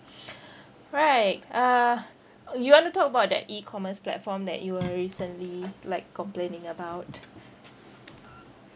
right uh you want to talk about that E-commerce platform that you were recently like complaining about